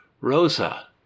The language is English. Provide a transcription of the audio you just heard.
Rosa